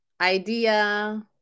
idea